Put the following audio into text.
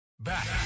Back